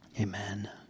Amen